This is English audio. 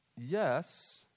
Yes